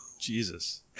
Jesus